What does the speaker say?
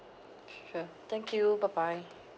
sure thank you bye bye